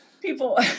people